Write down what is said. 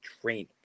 training